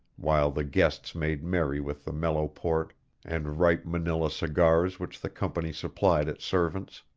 while the guests made merry with the mellow port and ripe manila cigars which the company supplied its servants.